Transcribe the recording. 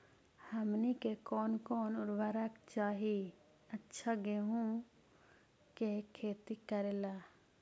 हमनी के कौन कौन उर्वरक चाही अच्छा गेंहू के खेती करेला?